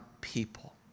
people